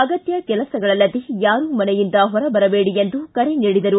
ಅಗತ್ಯ ಕೆಲಸಗಳಲ್ಲದೇ ಯಾರೂ ಮನೆಯಿಂದ ಹೊರಬರಬೇಡಿ ಎಂದು ಕರೆ ನೀಡಿದರು